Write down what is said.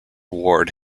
ward